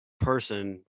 person